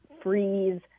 freeze